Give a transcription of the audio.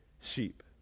sheep